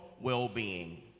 well-being